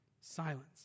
silence